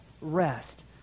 rest